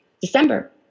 december